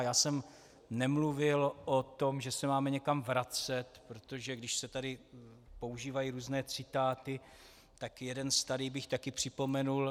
Já jsem nemluvil o tom, že se máme někam vracet, protože když se tady používají různé citáty, tak jeden starý bych taky připomněl.